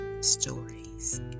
stories